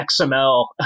XML